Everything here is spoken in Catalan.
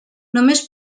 només